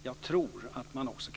jobbet med glädje.